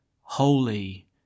holy